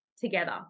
together